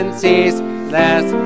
ceaseless